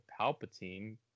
palpatine